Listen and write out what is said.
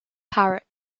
parrot